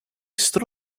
stood